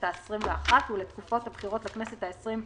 העשרים ואחת ולתקופת הבחירות לכנסת העשרים ושתיים,